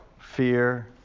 Fear